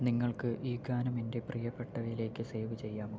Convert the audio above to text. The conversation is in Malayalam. നിങ്ങൾക്ക് ഈ ഗാനം എന്റെ പ്രിയപ്പെട്ടവയിലേക്ക് സേവ് ചെയ്യാമോ